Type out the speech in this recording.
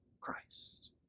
Christ